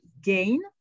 gain